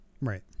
Right